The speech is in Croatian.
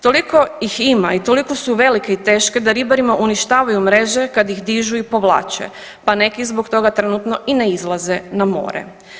Toliko ih ima i toliko su velike i teške da ribarima uništavaju mreže kad ih dižu i povlače pa neki zbog toga trenutno i ne izlaze na more.